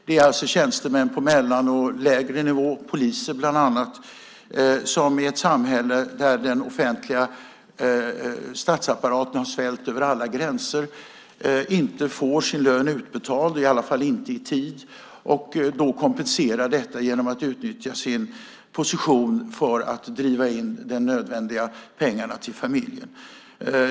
Det är alltså tjänstemän på mellannivå och lägre nivå, bland annat poliser, som i ett samhälle där den offentliga statsapparaten har svällt över alla gränser inte får sin lön utbetald, i alla fall inte i tid, och då kompenserar detta genom att utnyttja sin position för att driva in de nödvändiga pengarna till familjen.